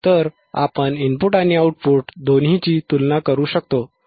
तर आपण इनपुट आणि आउटपुट दोन्हीची तुलना करू शकतो